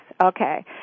Okay